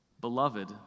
beloved